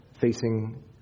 facing